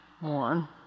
One